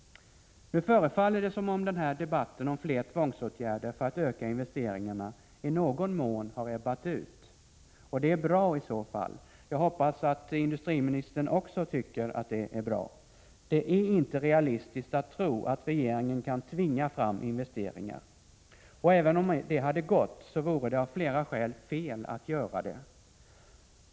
Nu förefaller det som om debatten om fler tvångsåtgärder för att öka investeringarna i någon mån har ebbat ut. Det är i så fall bra. Jag hoppas att industriministern också tycker att det är bra. Det är inte realistiskt att tro att regeringen kan tvinga fram investeringar. Även om det hade gått, vore det av flera skäl fel att göra det.